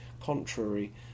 contrary